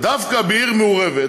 ודווקא בעיר מעורבת